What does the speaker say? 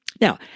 Now